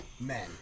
men